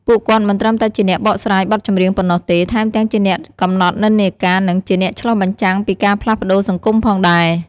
ពួកគាត់មិនត្រឹមតែជាអ្នកបកស្រាយបទចម្រៀងប៉ុណ្ណោះទេ ថែមទាំងជាអ្នកកំណត់និន្នាការ និងជាអ្នកឆ្លុះបញ្ចាំងពីការផ្លាស់ប្តូរសង្គមផងដែរ។